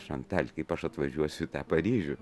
šantel kaip aš atvažiuosiu į tą paryžių